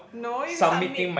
no you submit